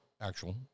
actual